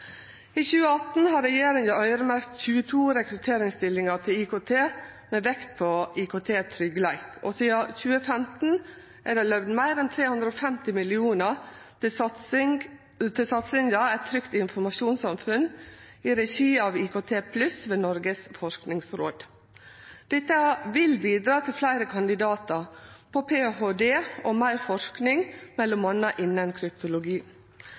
I 2018 har regjeringa øyremerkt 22 rekrutteringsstillingar til IKT med vekt på IKT-tryggleik. Og sidan 2015 er det løyvd meir enn 350 mill. kr til satsinga Eit trygt informasjonssamfunn i regi av IKTPLUSS ved Noregs forskingsråd. Dette vil bidra til fleire kandidatar på ph.d.-nivå og meir forsking m.a. innanfor kryptologi.